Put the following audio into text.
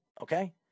Okay